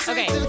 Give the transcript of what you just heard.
Okay